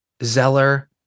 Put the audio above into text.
Zeller